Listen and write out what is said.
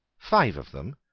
five of them,